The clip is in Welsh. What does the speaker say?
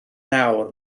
nawr